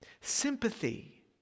sympathy